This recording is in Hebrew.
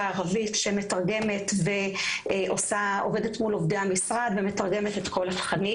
הערבית שעובדת מול עובדי המשרד ומתרגמת את כל התכנים.